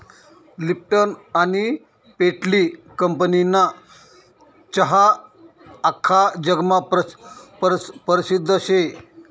Lipton आनी पेटली कंपनीना चहा आख्खा जगमा परसिद्ध शे